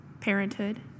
parenthood